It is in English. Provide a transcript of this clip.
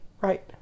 Right